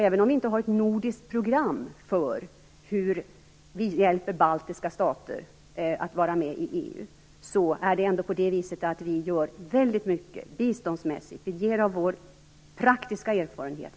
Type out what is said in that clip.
Även om vi inte har ett nordiskt program för hur vi hjälper baltiska stater att vara med i EU är det ändå på det viset att vi gör väldigt mycket biståndsmässigt. Vi ger av vår praktiska erfarenhet.